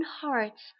hearts